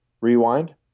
Rewind